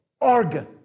organ